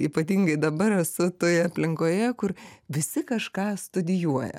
ypatingai dabar esu toje aplinkoje kur visi kažką studijuoja